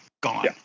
gone